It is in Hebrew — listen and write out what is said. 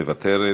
מוותרת,